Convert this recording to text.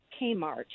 Kmart